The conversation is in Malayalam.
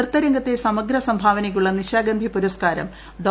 നൃത്തരംഗത്ത് സമഗ്ര സംഭാവനയ്ക്കുള്ള നിശാഗന്ധി പുരസ്കാരം ഡോ